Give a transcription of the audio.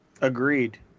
Agreed